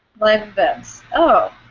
live events. oh.